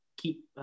keep